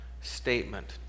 statement